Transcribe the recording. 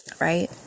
right